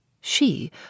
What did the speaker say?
She